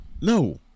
No